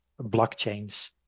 blockchains